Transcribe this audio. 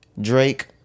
Drake